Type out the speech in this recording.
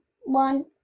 one